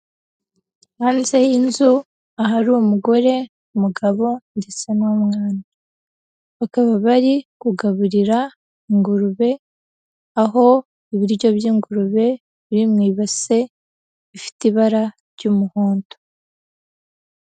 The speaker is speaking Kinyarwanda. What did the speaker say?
Hanze y'inzu ahari umugore, umugabo ndetse n'umwana, bakaba bari kugaburira ingurube, aho ibiryo by'ingurube biri mu ibase ifite ibara ry'umuhondo.